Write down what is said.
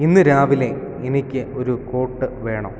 ഇന്ന് രാവിലെ എനിക്ക് ഒരു കോട്ട് വേണോ